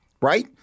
Right